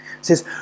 says